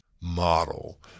model